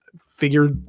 figure